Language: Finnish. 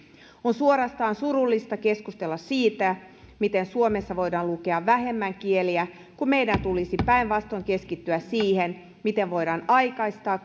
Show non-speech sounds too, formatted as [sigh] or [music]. on suorastaan surullista keskustella siitä miten suomessa voidaan lukea vähemmän kieliä kun meidän tulisi päinvastoin keskittyä siihen miten voidaan aikaistaa [unintelligible]